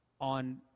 on